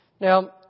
Now